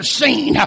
seen